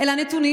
אלא נתונים,